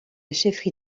chefferie